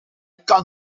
kan